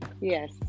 Yes